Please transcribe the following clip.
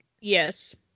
Yes